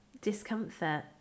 discomfort